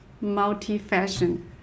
multi-fashion